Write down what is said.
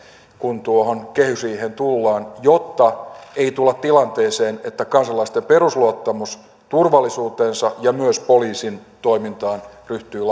kun tuohon kehysriiheen tullaan jotta ei tulla tilanteeseen että kansalaisten perusluottamus turvallisuuteensa ja myös poliisin toimintaan ryhtyy